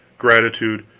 gratitude,